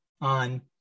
on